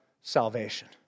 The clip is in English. salvation